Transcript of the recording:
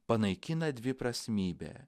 panaikina dviprasmybę